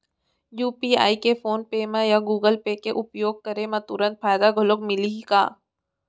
UPI के PhonePe या Google pay के उपयोग करे म तुरंत फायदा घलो मिलही का?